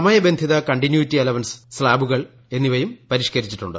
സമയബന്ധിത continuity allowance സ്പാബുകൾ എന്നിവയും പരിഷ്കരിച്ചിട്ടുണ്ട്